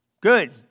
Good